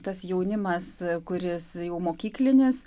tas jaunimas kuris jau mokyklinės